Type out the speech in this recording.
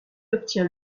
obtient